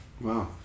Wow